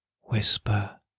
whisper